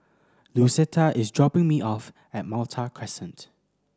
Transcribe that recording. Lucetta is dropping me off at Malta Crescent